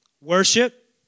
Worship